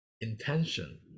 intention